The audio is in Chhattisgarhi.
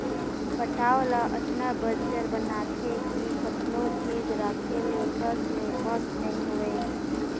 पटांव ल अतना बंजर बनाथे कि कतनो चीज राखे ले टस ले मस नइ होवय